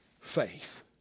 faith